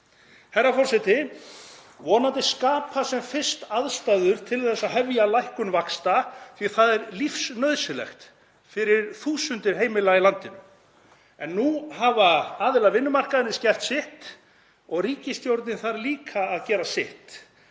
Herra forseti. Vonandi skapast sem fyrst aðstæður til að hefja lækkun vaxta því að það er lífsnauðsynlegt fyrir þúsundir heimila í landinu. En nú hafa aðilar vinnumarkaðarins gert sitt og ríkisstjórnin þarf líka að gera sitt